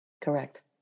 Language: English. Correct